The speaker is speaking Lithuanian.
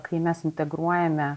kai mes integruojame